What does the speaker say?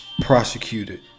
prosecuted